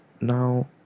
now